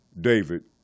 David